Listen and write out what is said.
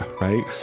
Right